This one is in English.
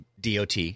DOT